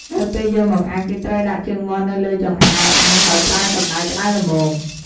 នៅពេលយកមកអាំងគេត្រូវដាក់ជើងមាន់នៅលើចង្អើរអាំងដោយប្រើកំម្តៅក្តៅល្មម។